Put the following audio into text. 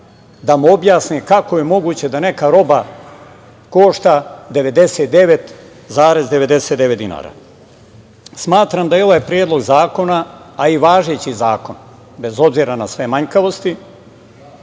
da mu objasne kako je moguće da neka roba košta 99,99 dinara. Smatram da je ovaj predlog zakona, a i važeći zakon, bez obzira na sve manjkavosti